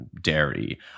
dairy